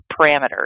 parameters